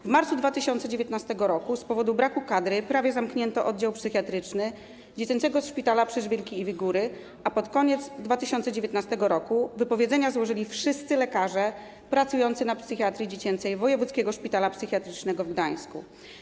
W marcu 2019 r. z powodu braku kadry prawie zamknięto oddział psychiatryczny dziecięcego szpitala przy ul. Żwirki i Wigury, a pod koniec 2019 r. wypowiedzenia złożyli wszyscy lekarze pracujący na oddziale psychiatrii dziecięcej Wojewódzkiego Szpitala Psychiatrycznego w Gdańsku.